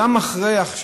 גם עכשיו,